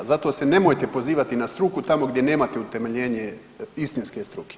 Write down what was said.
Zato se nemojte pozivati na struku tamo gdje nemate utemeljenje istinske struke.